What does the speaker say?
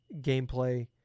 gameplay